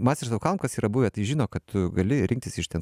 masters of kalm kas yra buvę tai žino kad tu gali rinktis iš ten